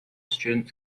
students